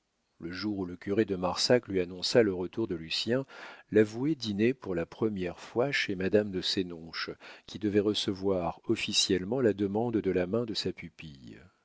le jour où le curé de marsac lui annonça le retour de lucien l'avoué dînait pour la première fois chez madame de sénonches qui devait recevoir officiellement la demande de la main de sa pupille